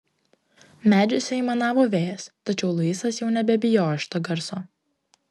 medžiuose aimanavo vėjas tačiau luisas jau nebebijojo šito garso